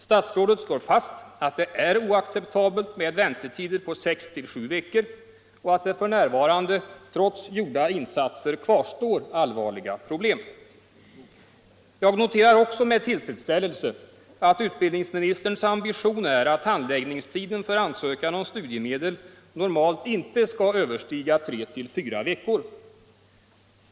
Statsrådet slår fast att det är oaceeptabeli med väntetider på 6-7 veckor och att det f. n. wrots gjorda insatser kvarstår allvarliga problem. Jag noterar också med ullfredsställelse att utbildningsministerns ambition är att handläggningstiden för ansökan om studiemedel normalt inte skall överstiga 3-4 veckor.